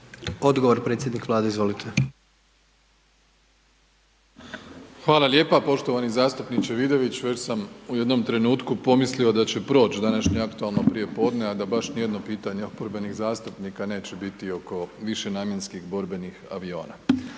Odgovor predsjednik Vlade, izvolite. **Plenković, Andrej (HDZ)** Hvala lijepa, poštovani zastupniče Vidović već sam u jednom trenutku pomislio da će proć današnje aktualno prijepodne a da baš ni jedno pitanje oporbenih zastupnika neće biti oko višenamjenskih borbenih aviona.